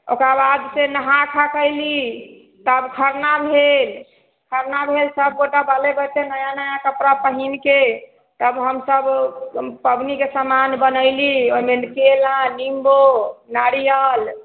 ओकरा बाद फेर नहा खा कएली तब खरना भेल खरना भेल सभ गोटा बाले बच्चे नया नया कपड़ा पहिनके तब हमसभ पबनीके सामान बनैली ओहिमे केला निम्बो नारिअल